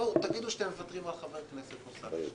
תגידו שאתם מוותרים על חבר כנסת נוסף,